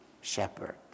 shepherd